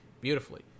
beautifully